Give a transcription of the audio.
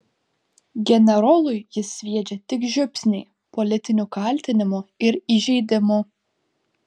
generolui jis sviedžia tik žiupsnį politinių kaltinimų ir įžeidimų